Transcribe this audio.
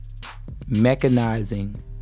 mechanizing